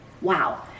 Wow